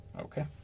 Okay